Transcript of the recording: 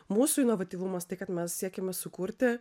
mūsų inovatyvumas tai kad mes siekiame sukurti